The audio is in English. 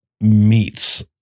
meets